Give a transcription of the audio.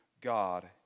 God